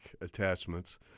attachments